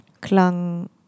klang